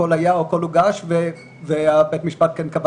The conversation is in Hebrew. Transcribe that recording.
הכל היה והכל הוגש ובית המשפט כן קבע